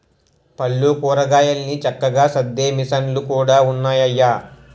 పళ్ళు, కూరగాయలన్ని చక్కగా సద్దే మిసన్లు కూడా ఉన్నాయయ్య